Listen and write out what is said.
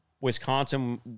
Wisconsin